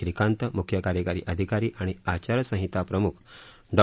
श्रीकांत मुख्य कार्यकारी अधिकारी आणि आचारसंहिता प्रम्ख डॉ